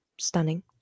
stunning